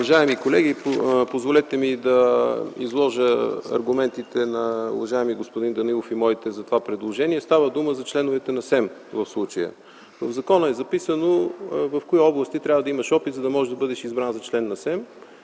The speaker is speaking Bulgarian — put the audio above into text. Уважаеми колеги, позволете ми да изложа аргументите на уважаемия господин Данаилов и моите за това предложение. В случая става дума за членовете на СЕМ. В закона е записано в кои области трябва да имаш опит, за да можеш да бъдеш избран за член на СЕМ,